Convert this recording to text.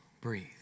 breathe